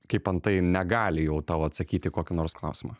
kaip antai negali jau tau atsakyti į kokį nors klausimą